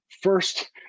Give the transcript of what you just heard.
first